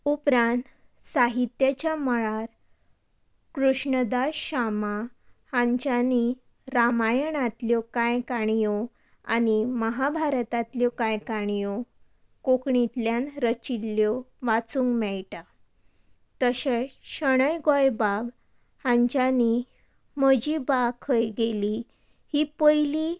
उपरान साहित्याच्या मळार कृष्णदास शामा हांच्यानी रामायणांतल्यो कांय काणयो आनी महाभारतांतल्यो कांय काणयो कोंकणींतल्यान रचिल्ल्यो वाचूंग मेळटा तशेंश शणै गोंयबाब हांच्यानी म्हजी बा खंय गेली ही पयली